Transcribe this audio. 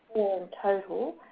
total